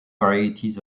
varieties